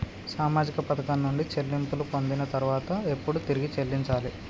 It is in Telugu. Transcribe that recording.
సామాజిక పథకం నుండి చెల్లింపులు పొందిన తర్వాత ఎప్పుడు తిరిగి చెల్లించాలి?